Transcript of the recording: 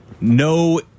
no